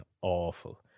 awful